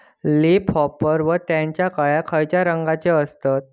Leaf hopper व त्यानचो अळ्या खैचे रंगाचे असतत?